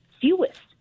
fewest